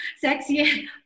Sexy